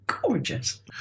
gorgeous